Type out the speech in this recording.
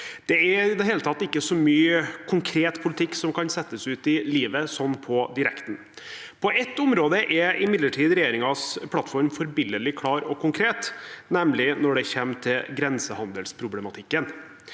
tatt ikke så mye konkret politikk som kan settes ut i livet, sånn på direkten. På ett område er imidlertid regjeringens plattform forbilledlig klar og konkret, nemlig når det gjelder grensehandelsproblematikken.